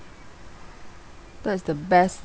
that is the best